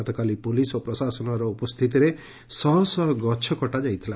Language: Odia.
ଗତକାଲି ପୁଲିସ୍ ଓ ପ୍ରଶାସନ ଉପସ୍ତିତିରେ ଶହଶହ ଗଛ କଟା ଯାଇଥିଲା